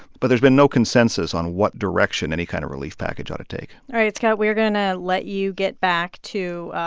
but there's been no consensus on what direction any kind of relief package ought to take all right, scott. we're going to let you get back to.